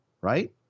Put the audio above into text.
right